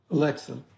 Alexa